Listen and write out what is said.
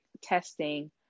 testing